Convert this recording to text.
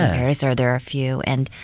in paradise. or there are a few. and,